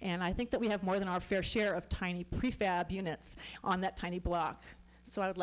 and i think that we have more than our fair share of tiny prefab units on that tiny block so i would